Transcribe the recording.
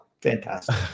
fantastic